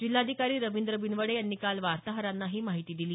जिल्हाधिकारी रवींद्र बिनवडे यांनी काल वार्ताहरांना ही माहिती दिली